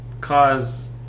cause